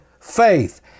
faith